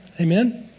Amen